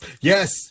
Yes